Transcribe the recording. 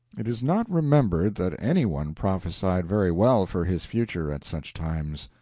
it is not remembered that any one prophesied very well for his future at such times.